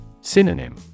Synonym